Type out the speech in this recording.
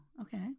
okay